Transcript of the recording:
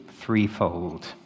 threefold